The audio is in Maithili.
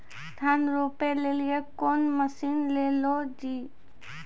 धान रोपे लिली कौन मसीन ले लो जी?